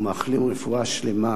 ומאחלים רפואה שלמה